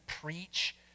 preach